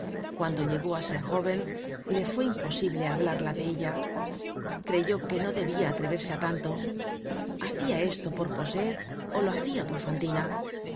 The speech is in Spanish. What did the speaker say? cuando llegó á ser jóven le fue imposible hablarla de ella creyó que no debia atreverse á tanto hacia esto por cosette ó lo hacia por